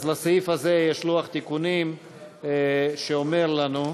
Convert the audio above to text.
אז לסעיף הזה יש לוח תיקונים שאומר לנו,